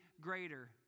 greater